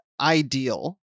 ideal